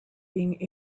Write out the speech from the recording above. being